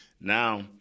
now